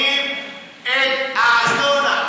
ובינוניים את הארנונה.